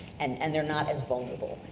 and and they're not as vulnerable.